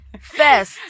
first